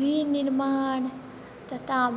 विनिर्माण तथा